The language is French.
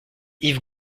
yves